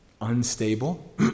unstable